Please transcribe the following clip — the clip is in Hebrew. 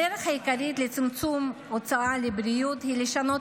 הדרך העיקרית לצמצום ההוצאה על בריאות היא לשנות